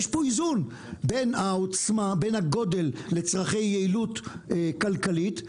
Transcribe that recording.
יש פה איזון בין העוצמה והגודל לצרכי יעילות כלכלית,